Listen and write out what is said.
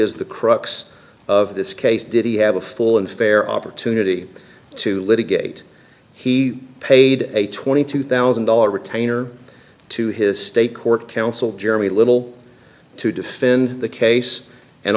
is the crux of this case did he have a full and fair opportunity to litigate he paid a twenty two thousand dollars retainer to his state court counsel jeremy little to defend the case and